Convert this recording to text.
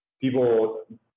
people